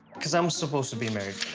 cause i'm supposed to be married